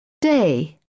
day